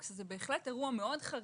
זה בהחלט אירוע מאוד חריג,